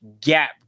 gap